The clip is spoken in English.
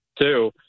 two